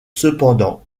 cependant